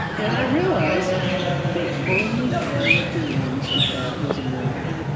and i realized they only counted the ones who thought it was a miracle.